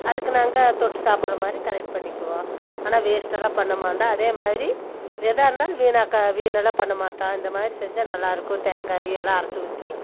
அதுக்கு நாங்க தொட்டு சாப்புடுற மாதிரி கரெக்ட் பண்ணிக்குவோம் ஆனால் வேஸ்ட் எல்லாம் பண்ண மாட்டோம் அதே மாதிரி எதாக இருந்தாலும் வீணாக்கா வீண் எல்லாம் பண்ண மாட்டோம் இந்த மாதிரி செஞ்சால் நல்லாயிருக்கும் தேங்காய் எல்லாம் அரைச்சி ஊற்றி